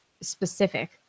specific